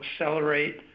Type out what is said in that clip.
accelerate